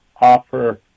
offer